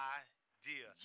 idea